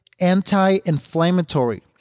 anti-inflammatory